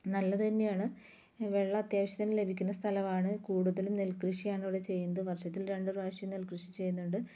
നല്ലത് തന്നെയാണ് വെള്ളം അത്യാവശ്യത്തിന് ലഭിക്കുന്ന സ്ഥലമാണ് കൂടുതലും നെൽക്കൃഷിയാണിവിടെ ചെയ്യുന്നത് വർഷത്തിൽ രണ്ട് പ്രാവശ്യം നെൽക്കൃഷി ചെയ്യുന്നുണ്ട്